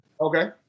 Okay